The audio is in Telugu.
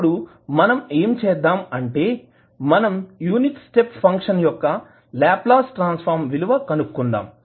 ఇప్పుడు మనం ఏమి చేద్దాం అంటే మనం యూనిట్ స్టెప్ ఫంక్షన్ యొక్క లాప్లాస్ ట్రాన్సఫర్మ్ విలువ కనుక్కుందాం